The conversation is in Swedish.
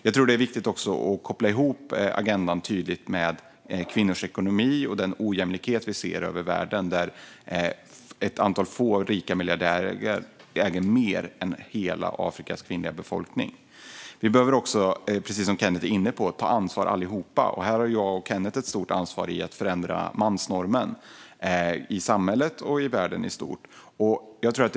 Det är också viktigt att tydligt koppla ihop agendan med kvinnors ekonomi och den ojämlikhet som vi ser över världen, där ett antal få rika miljardärer äger mer än hela Afrikas kvinnliga befolkning. Vi behöver också allihop ta ansvar, precis som Kenneth G Forslund är inne på. Och här har jag och Kenneth G Forslund ett stort ansvar för att förändra mansnormen i samhället och i världen i stort.